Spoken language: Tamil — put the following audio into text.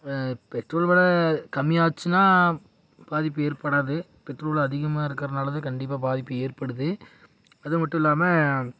பெட்ரோல் வில கம்மியாச்சுனா பாதிப்பு ஏற்படாது பெட்ரோல் வில அதிகமாக இருக்கிறனால தான் கண்டிப்பாக பாதிப்பு ஏற்படுது அதுமட்டும் இல்லாமல்